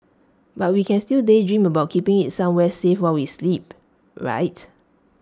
but we can still daydream about keeping IT somewhere safe while we sleep right